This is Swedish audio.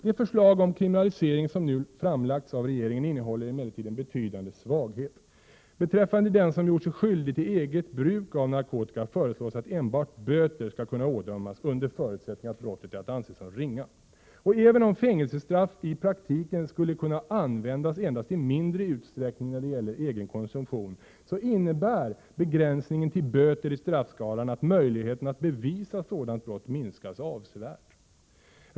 Det förslag om kriminalisering som nu framlagts av regeringen innehåller emellertid en betydande svaghet. Beträffande den som gjort sig skyldig till eget bruk av narkotika föreslås att enbart böter skall kunna ådömas, under förutsättning att brottet är att anse som ringa. Även om fängelsestraff i praktiken skulle kunna användas endast i mindre utsträckning när det gäller egen konsumtion, innebär begränsningen till böter i straffskalan att möjligheterna att bevisa sådant brott minskas avsevärt.